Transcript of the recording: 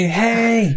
hey